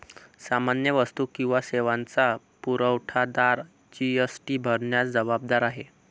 सामान्य वस्तू किंवा सेवांचा पुरवठादार जी.एस.टी भरण्यास जबाबदार आहे